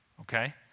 okay